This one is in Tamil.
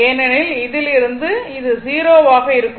ஏனெனில் இதிலிருந்து இது 0 ஆக இருக்கும்